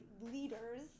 leaders